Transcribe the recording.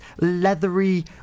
leathery